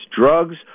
drugs